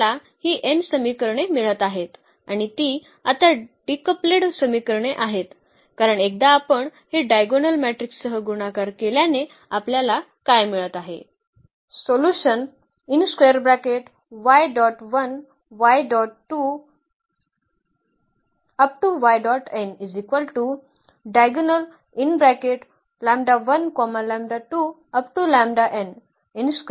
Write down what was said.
आपल्याला ही n समीकरणे मिळत आहेत आणि ती आता डिकप्लेड समीकरणे आहेत कारण एकदा आपण हे डायगोनल मॅट्रिक्स सह गुणाकार केल्याने आपल्याला काय मिळत आहे